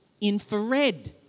infrared